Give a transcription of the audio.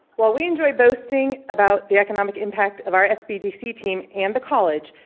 while we enjoy boasting about the economic impact of our sbdc team and the college,